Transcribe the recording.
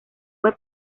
web